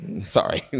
Sorry